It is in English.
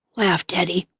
laughed eddie,